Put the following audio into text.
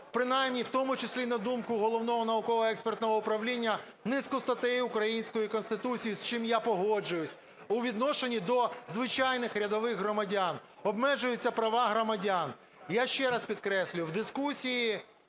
принаймні в тому числі на думку Головного науково-експертного управління, низку статей української Конституції, з чим я погоджуюсь, у відношенні до звичайних рядових громадян обмежуються права громадян. Я ще раз підкреслюю, в дискусії